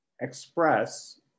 express